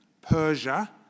Persia